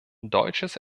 deutsches